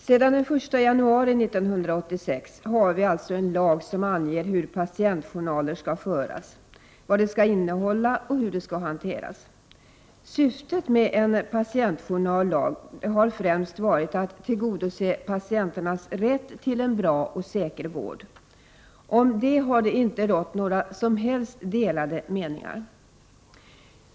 Fru talman! Sedan den 1 januari 1986 har vi en lag som anger hur patientjournaler skall föras, vad de skall innehålla om hur de skall hanteras. Syftet med en patientjournallag har främst varit att tillgodose patienternas rätt till en bra och säker vård. Om detta har det inte rått några som helst delade meningar.